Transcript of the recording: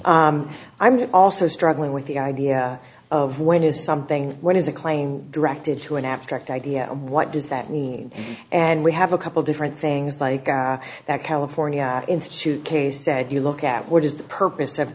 that i'm also struggling with the idea of when is something what is a claim directed to an abstract idea what does that mean and we have a couple different things like i that california institute case said you look at what is the purpose of